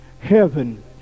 heaven